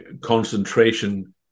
concentration